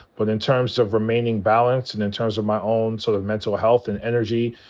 but in terms of remaining balanced and in terms of my own sort of mental health and energy,